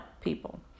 people